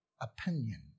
opinion